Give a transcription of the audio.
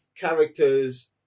characters